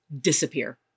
disappear